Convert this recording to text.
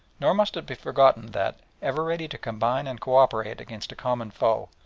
nor must it be forgotten that, ever ready to combine and co-operate against a common foe,